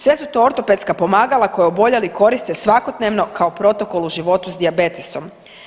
Sve su to ortopedska pomagala koji oboljeli koriste svakodnevno kao protokol u životu s dijabetesom.